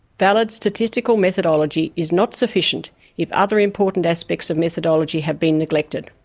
valid statistical methodology is not sufficient if other important aspects of methodology have been neglected.